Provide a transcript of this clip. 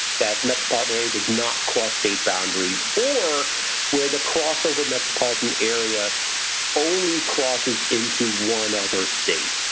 that metropolitan area does not cross state boundaries or where the cross over metropolitan area only crosses into one other state.